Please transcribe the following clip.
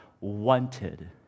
wanted